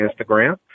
Instagram